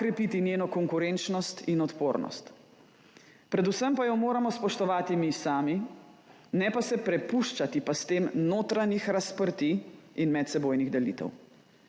krepiti njeno konkurenčnost in odpornost. Predvsem pa jo moramo spoštovati mi sami, ne pa se prepuščati pastem notranjih razprtij in medsebojnih delitev.